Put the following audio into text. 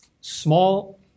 small